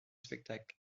spectacle